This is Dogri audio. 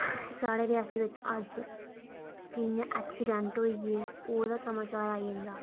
जि'यां साढ़े रियासी बिच अज्ज कि'यां ऐक्सीडेंट होई गे ओह्दा समाचार आई जंदा